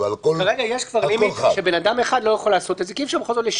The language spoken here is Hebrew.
כרגע יש כבר לימיט שבן אדם אחד לא יכול לעשות את זה כי אי אפשר לשגע.